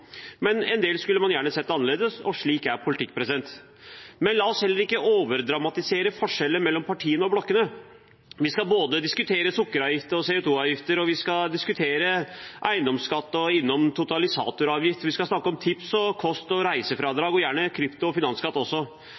men en del skulle man gjerne sett annerledes. Slik er politikk. Men la oss heller ikke overdramatisere forskjellene mellom partiene og blokkene. Vi skal diskutere både sukkeravgift og CO 2 -avgift, og vi skal diskutere eiendomsskatt og totalisatoravgift. Vi skal snakke om tips og kost- og reisefradrag – og gjerne krypto og finansskatt også.